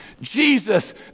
Jesus